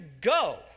go